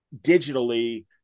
digitally